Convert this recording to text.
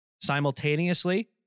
Simultaneously